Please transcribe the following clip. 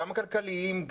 גם הכלכליים,